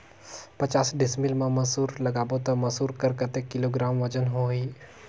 पचास डिसमिल मा मसुर लगाबो ता मसुर कर कतेक किलोग्राम वजन होही?